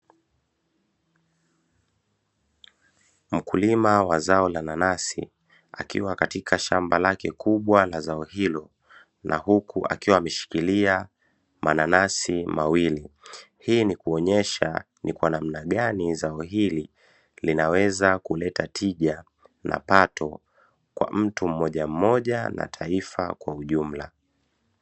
Mkulima wa zao la nanasi akiwa katika shamba lake kubwa la zao hilo na huku akiwa ameshikilia mananasi mawili, hii ni kuonyesha kwa namna gani zao hili linaweza kuleta tija na pato kwa mtu mmoja mmoja na Taifa kwa ujumla.